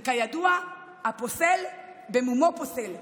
וכידוע, הפוסל במומו פוסל.